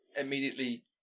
immediately